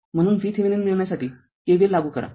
म्हणून V Thevenin मिळण्यासाठी KVL लागू करा